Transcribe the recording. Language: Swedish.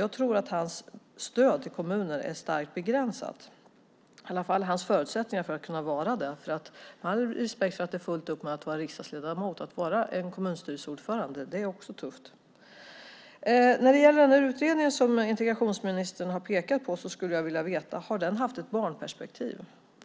Jag tror att hans stöd till kommunerna är starkt begränsat, i alla fall hans förutsättningar att kunna ge det. Man har fullt upp som riksdagsledamot. Att vara kommunstyrelseordförande är också tufft. När det gäller utredningen som integrationsministern har pekat på skulle jag vilja veta om den har haft ett barnperspektiv